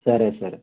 సరే సరే